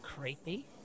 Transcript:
creepy